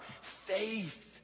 faith